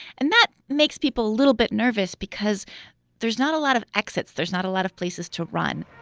and that makes people a little bit nervous because there's not a lot of exits. there's not a lot of places to run